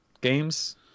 games